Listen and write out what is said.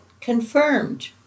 confirmed